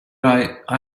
i—i